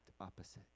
opposite